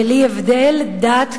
בלי הבדל דת,